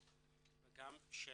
וגם של